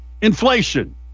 inflation